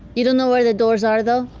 you don't know where the doors are, though?